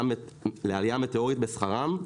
שכמובן מקשה על הסטארט-אפים החדשים לגייס עובדים.